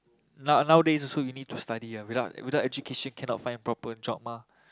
now nowadays also you need to study ah without without education cannot find proper job mah